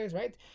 right